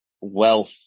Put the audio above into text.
wealth